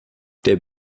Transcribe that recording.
der